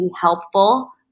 helpful